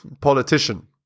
politician